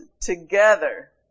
together